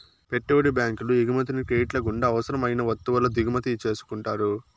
పెట్టుబడి బ్యాంకులు ఎగుమతిని క్రెడిట్ల గుండా అవసరం అయిన వత్తువుల దిగుమతి చేసుకుంటారు